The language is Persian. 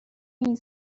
این